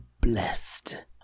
blessed